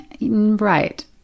Right